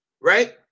right